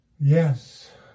Yes